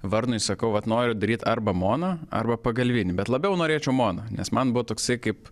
varnui sakau vat noriu daryt arba mono arba pagalvinį bet labiau norėčiau mono nes man buvo toksai kaip